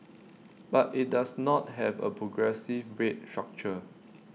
but IT does not have A progressive rate structure